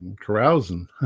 carousing